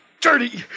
dirty